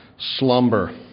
Slumber